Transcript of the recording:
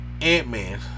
Ant-Man